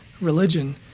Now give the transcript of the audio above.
religion